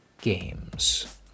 games